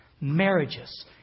marriages